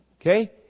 okay